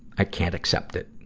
i can't accept it.